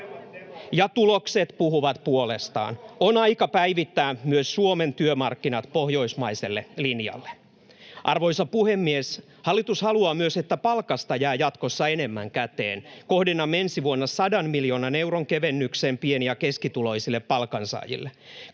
ja tulokset puhuvat puolestaan. On aika päivittää myös Suomen työmarkkinat pohjoismaiselle linjalle. Arvoisa puhemies! Hallitus haluaa myös, että palkasta jää jatkossa enemmän käteen. Kohdennamme ensi vuonna 100 miljoonan euron veronkevennyksen pieni- ja keskituloisille palkansaajille.